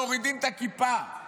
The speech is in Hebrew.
מורידים את הכיפה?